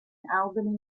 albany